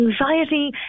anxiety